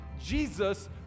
Jesus